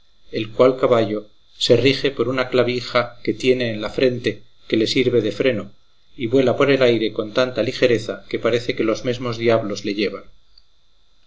el cual caballo se rige por una clavija que tiene en la frente que le sirve de freno y vuela por el aire con tanta ligereza que parece que los mesmos diablos le llevan